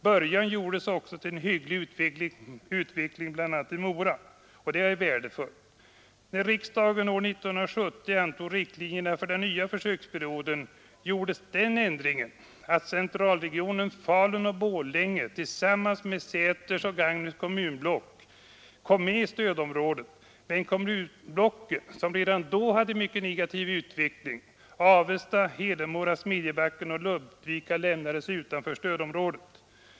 Början gjordes också till en hygglig utveckling för bl.a. Mora, och det är värdefullt. med Säters och Gagnefs kommunblock kom med i stödområdet, men kommunblock som redan då hade en negativ utveckling — Avesta, Hedemora, Smedjebacken och Ludvika — lämnades utanför stödområdet.